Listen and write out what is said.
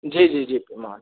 जी जी जी